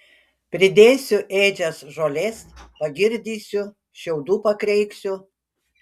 pridėsiu ėdžias žolės pagirdysiu šiaudų pakreiksiu